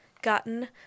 gotten